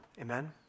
Amen